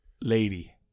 lady